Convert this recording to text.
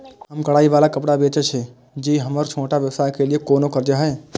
हम कढ़ाई वाला कपड़ा बेचय छिये, की हमर छोटा व्यवसाय के लिये कोनो कर्जा है?